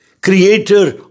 Creator